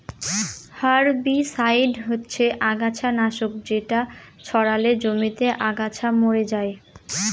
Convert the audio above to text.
herbicide হচ্ছে আগাছা নাশক যেটা ছড়ালে জমিতে আগাছা মরে যায়